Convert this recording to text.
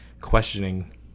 questioning